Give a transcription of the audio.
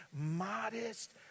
Modest